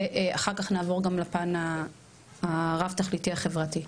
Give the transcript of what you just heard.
ואחר כך נעבור גם לפן הרב תכליתי החברתי,